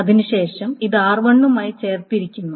അതിനുശേഷം ഇത് r1 മായി ചേർത്തിരിക്കുന്നു